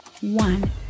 one